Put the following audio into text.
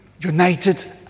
united